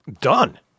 Done